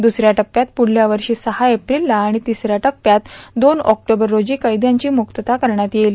दसऱ्या टप्प्यात प्रदल्या वर्षा सहा एप्रिलला आर्गाण र्तिसऱ्या टप्प्यात दोन ऑक्टोबर रोजी कैदयांची म्रक्तता करण्यात येईल